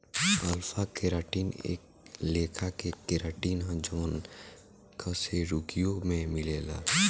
alpha keratin एक लेखा के केराटिन ह जवन कशेरुकियों में मिलेला